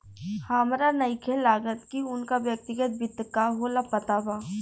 हामरा नइखे लागत की उनका व्यक्तिगत वित्त का होला पता बा